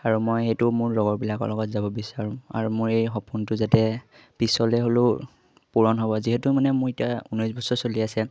আৰু মই সেইটো মোৰ লগৰবিলাকৰ লগত যাব বিচাৰোঁ আৰু মোৰ এই সপোনটো যাতে পিছলে হ'লেও পূৰণ হ'ব যিহেতু মানে মোৰ এতিয়া ঊনৈছ বছৰ চলি আছে